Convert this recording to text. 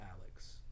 Alex